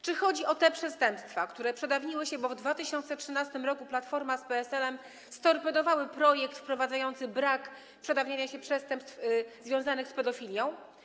Czy chodzi o te przestępstwa, które się przedawniły, bo w 2013 r. Platforma z PSL-em storpedowały projekt wprowadzający brak przedawniania się przestępstw związanych z pedofilią?